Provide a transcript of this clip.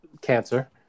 cancer